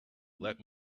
let